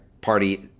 Party